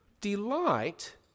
delight